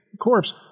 corpse